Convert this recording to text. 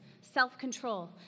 self-control